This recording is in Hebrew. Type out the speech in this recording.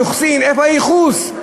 כי היוחסין איפה הייחוס?